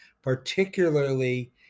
particularly